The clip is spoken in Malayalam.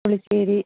പുളിശ്ശേരി